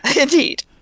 indeed